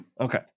Okay